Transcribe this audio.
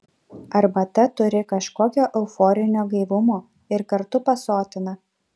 arbata turi kažkokio euforinio gaivumo ir kartu pasotina